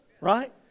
right